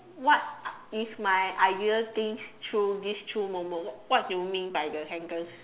what is my I didn't think this through this through moment what do you mean by the sentence